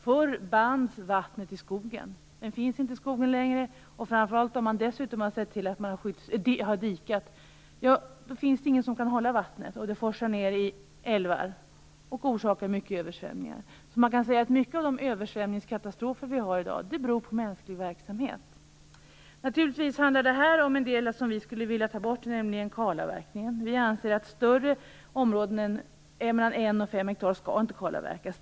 Förr bands vattnet i skogen. Men om skogen inte finns längre, och om man dessutom har dikat, finns det ingenting som kan hålla vattnet utan det forsar ned i älvar och orsakar översvämningar. Många av de översvämningskatastrofer vi har i dag beror på mänsklig verksamhet. Här handlar det om kalavverkning, och den skulle vi vilja ta bort. Vi anser att större områden än 1-5 hektar inte skall kalavverkas.